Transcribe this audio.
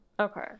okay